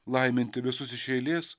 laiminti visus iš eilės